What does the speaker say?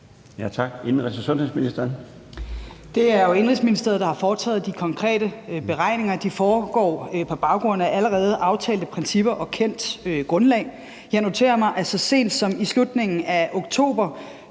Det er jo Indenrigsministeriet, der har foretaget de konkrete beregninger, og de er foretaget på baggrund af allerede aftalte principper og det kendte grundlag. Jeg noterer mig, at så sent som i slutningen af oktober